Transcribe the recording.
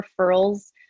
referrals